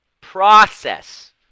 Process